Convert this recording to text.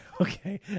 Okay